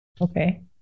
Okay